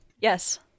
Yes